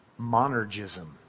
monergism